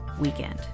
weekend